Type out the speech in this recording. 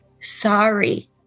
Sorry